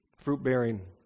fruit-bearing